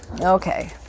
Okay